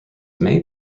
may